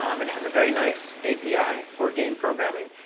um and it has a very nice api for game programming,